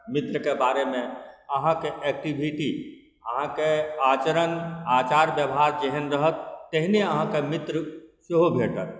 मित्रके बारेमे अहाँके एक्टिविटी अहाँके आचरण आचार व्यवहार जेहन रहत तेहने अहाँके मित्र सेहो भेटत